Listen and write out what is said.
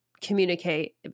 communicate